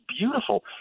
beautiful